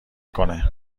کنه